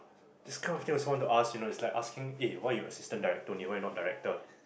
this kind of thing also want to ask you know is like asking ah why you assistant director only why not director